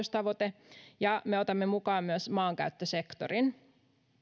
vuoteen kaksituhattakolmekymmentäviisi ja otamme mukaan myös maankäyttösektorin